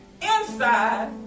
inside